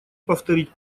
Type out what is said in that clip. повторить